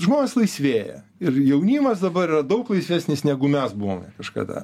žmonės laisvėja ir jaunimas dabar yra daug laisvesnis negu mes buvome kažkada